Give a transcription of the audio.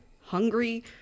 hungry